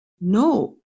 No